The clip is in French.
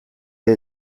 est